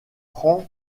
prend